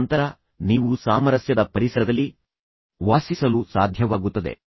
ತದನಂತರ ನೀವು ಸಾಮರಸ್ಯದ ಪರಿಸರದಲ್ಲಿ ವಾಸಿಸಲು ಸಾಧ್ಯವಾಗುತ್ತದೆ